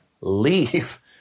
leave